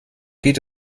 geht